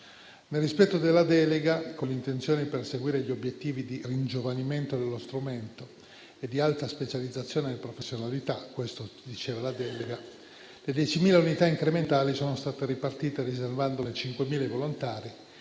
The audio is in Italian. Nel rispetto della delega, con l'intenzione di perseguire gli obiettivi di ringiovanimento dello strumento e di alta specializzazione delle professionalità - questo diceva la delega - le 10.000 unità incrementali sono state ripartite riservandone: 5.000 ai volontari,